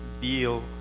deal